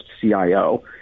CIO